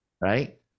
right